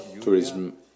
tourism